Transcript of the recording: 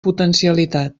potencialitat